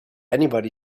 anybody